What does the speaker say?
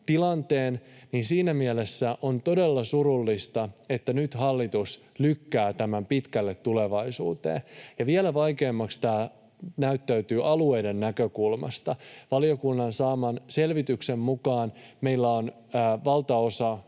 että siinä mielessä on todella surullista, että nyt hallitus lykkää tämän pitkälle tulevaisuuteen. Ja vielä vaikeampana tämä näyttäytyy alueiden näkökulmasta. Valiokunnan saaman selvityksen mukaan meillä on valtaosa